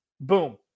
boom